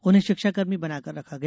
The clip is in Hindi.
उन्हें शिक्षाकर्मी बनाकर रखा गया